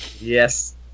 Yes